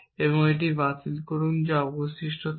এবং এটি বাতিল করুন এবং যা অবশিষ্ট থাকে